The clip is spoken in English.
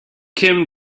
kim